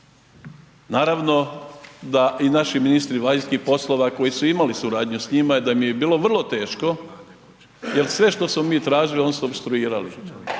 Naravno da i naši ministri vanjskih poslova koji su imali suradnju s njima da im je bilo vrlo teško jer sve što smo mi tražili, oni su opstruirali